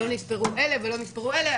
לא נספרו אלה ולא נספרו אלה,